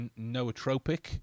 nootropic